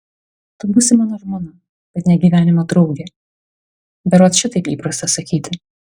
tu būsi mano žmona bet ne gyvenimo draugė berods šitaip įprasta sakyti